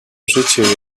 życie